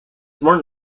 born